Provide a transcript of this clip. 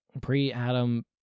pre-Adam